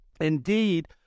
Indeed